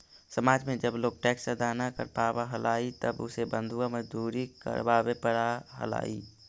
समाज में जब लोग टैक्स अदा न कर पावा हलाई तब उसे बंधुआ मजदूरी करवावे पड़ा हलाई